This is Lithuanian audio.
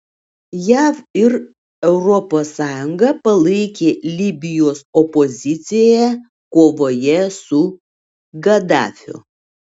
jav ir europos sąjunga palaikė libijos opoziciją kovoje su gadafiu